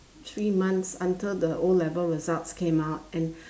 three months until the o-level results came out and